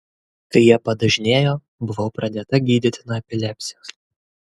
kai jie padažnėjo buvau pradėta gydyti nuo epilepsijos